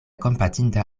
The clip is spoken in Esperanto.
kompatinda